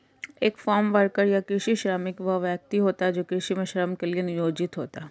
एक farm worker या कृषि श्रमिक वह व्यक्ति होता है जो कृषि में श्रम के लिए नियोजित होता है